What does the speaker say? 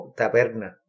taberna